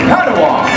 Padawan